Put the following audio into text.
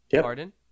Pardon